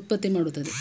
ಉತ್ಪತ್ತಿಮಾಡ್ತವೆ